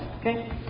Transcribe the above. Okay